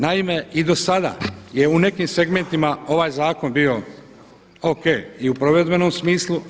Naime i do sada je u nekim segmentima ovaj zakon bio o.k. i u provedbenom smislu.